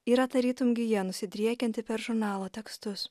yra tarytum gija nusidriekianti per žurnalo tekstus